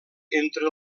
entre